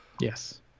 Yes